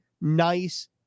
nice